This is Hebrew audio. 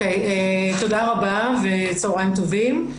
תודה רבה וצהריים טובים.